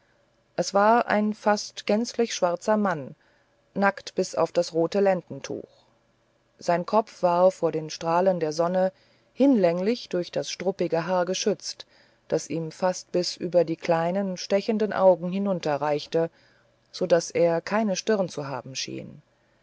es war ein fast gänzlich schwarzer mann nackt bis auf das rote lendentuch sein kopf war vor den strahlen der sonne hinlänglich durch das struppige haar geschützt das ihm fast bis über die kleinen stechenden augen herunterhing so daß er keine stirn zu haben schien